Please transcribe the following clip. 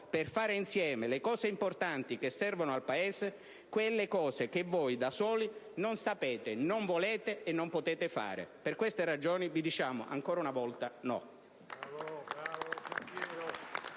per adottare insieme gli interventi importanti che servono al Paese. Quegli interventi che voi da soli non sapete, non volete e non potete fare. Per queste ragioni, vi diciamo ancora una volta: no!